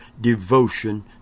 devotion